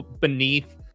beneath